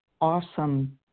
awesome